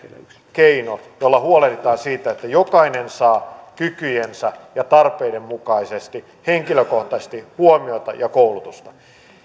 keino jolla huolehditaan siitä että jokainen saa kykyjensä ja tarpeidensa mukaisesti henkilökohtaisesti huomiota ja koulutusta